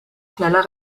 schneller